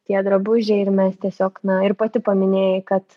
tie drabužiai ir mes tiesiog na ir pati paminėjai kad